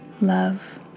love